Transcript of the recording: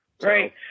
Right